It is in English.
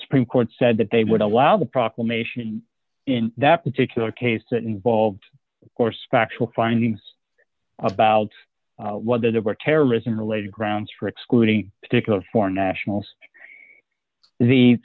supreme court said that they would allow the proclamation in that particular case that involved of course factual findings about what that about terrorism related grounds for excluding particular foreign nationals the